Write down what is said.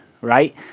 right